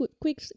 quick